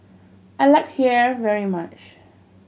I like Kheer very much